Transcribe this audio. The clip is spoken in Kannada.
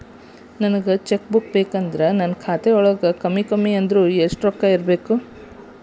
ನನಗ ಚೆಕ್ ಬುಕ್ ಬೇಕಂದ್ರ ನನ್ನ ಖಾತಾ ವಳಗ ಕಡಮಿ ಕಡಮಿ ಅಂದ್ರ ಯೆಷ್ಟ್ ರೊಕ್ಕ ಇರ್ಬೆಕು?